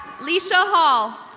leesha hall.